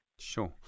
Sure